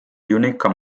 unique